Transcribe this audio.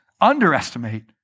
underestimate